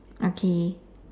okay